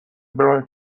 برایان